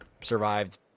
survived